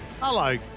Hello